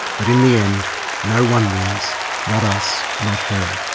but in the end no one wins not us, not her.